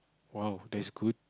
!wow! that's good